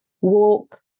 walk